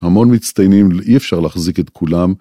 המון מצטיינים, אי אפשר להחזיק את כולם.